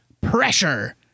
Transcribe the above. Pressure